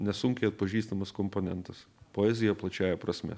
nesunkiai atpažįstamas komponentas poezija plačiąja prasme